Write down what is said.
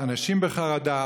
אנשים בחרדה,